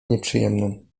nieprzyjemnym